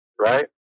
right